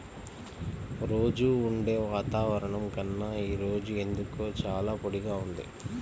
రోజూ ఉండే వాతావరణం కన్నా ఈ రోజు ఎందుకో చాలా పొడిగా ఉంది